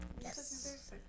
Yes